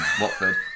Watford